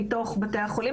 מתוך בתי החולים.